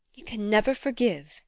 you can never forgive